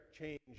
change